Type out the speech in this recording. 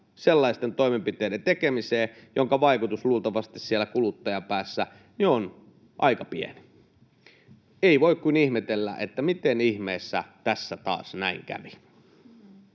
sellaisten toimenpiteiden tekemiseen, joiden vaikutus luultavasti siellä kuluttajapäässä on aika pieni. Ei voi kuin ihmetellä, miten ihmeessä tässä taas näin kävi.